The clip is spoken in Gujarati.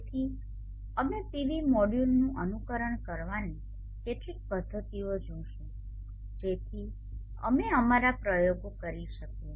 તેથી અમે PV મોડ્યુલોનું અનુકરણ કરવાની કેટલીક પદ્ધતિઓ જોશું જેથી અમે અમારા પ્રયોગો કરી શકીએ